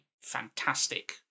fantastic